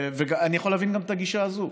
אני יכול להבין את הגישה הזאת.